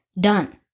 done